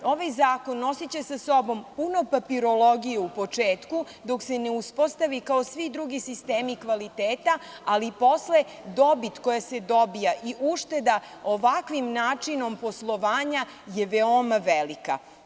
Ovaj zakon nosiće sa sobom punu papirologiju u početku, dok se ne uspostavi kao i svi drugi sistemi kvaliteta, ali posle dobit koja se dobija i ušteda ovakvim načinom poslovanja je veoma velika.